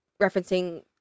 referencing